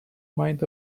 minds